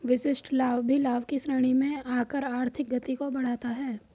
विशिष्ट लाभ भी लाभ की श्रेणी में आकर आर्थिक गति को बढ़ाता है